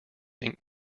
think